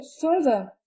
further